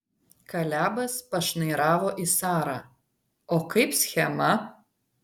kalebas pašnairavo į sarą o kaip schema